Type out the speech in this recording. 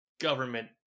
government